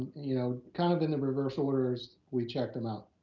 you know, kind of in the reverse orders, we checked them out.